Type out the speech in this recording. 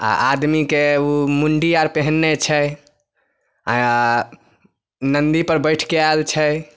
आ आदमी के ऊ मुण्डी आर पेहेन्ने छै आ नन्दी पर बैठ के आएल छै